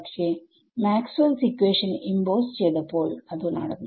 പക്ഷെ Maxwell's equation Maxwells equation impose ചെയ്തപ്പോൾ അത് നടന്നു